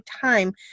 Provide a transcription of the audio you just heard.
time